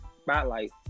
spotlight